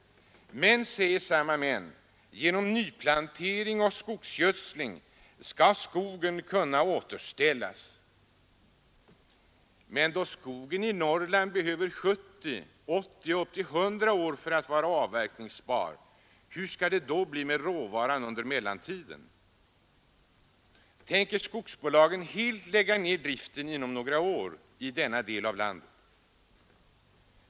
Men, säger samma män, genom nyplantering och skogsgödsling skall skogen kunna återställas. Men då skogen i Norrland behöver 70, 80 och upp till 100 år för att åter vara avverkningsbar, hur skall det bli med råvaran under mellantiden? Tänker skogsbolagen helt lägga ned driften inom några år i denna del av landet?